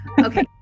Okay